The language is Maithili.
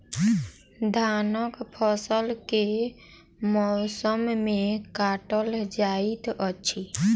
धानक फसल केँ मौसम मे काटल जाइत अछि?